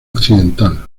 occidental